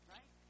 Right